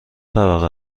طبقه